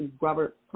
Robert